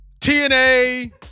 TNA